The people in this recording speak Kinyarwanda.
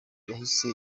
yahise